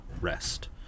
rest